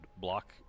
block